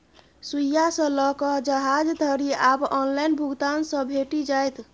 सुईया सँ लकए जहाज धरि आब ऑनलाइन भुगतान सँ भेटि जाइत